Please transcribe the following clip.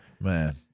Man